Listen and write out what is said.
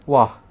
!wah!